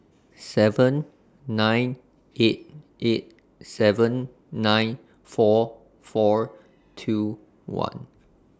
seven nine eight eight seven nine four four two one